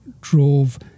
drove